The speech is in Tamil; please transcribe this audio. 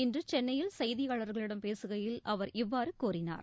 இன்று சென்னையில் செய்தியாளர்களிடம் பேசுகையில் அவர் இவ்வாறு கூறினார்